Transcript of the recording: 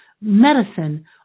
medicine